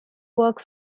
work